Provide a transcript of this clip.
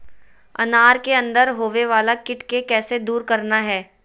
अनार के अंदर होवे वाला कीट के कैसे दूर करना है?